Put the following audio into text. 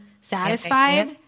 satisfied